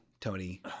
Tony